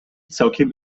całkiem